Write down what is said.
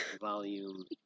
Volume